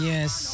Yes